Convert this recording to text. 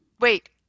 Wait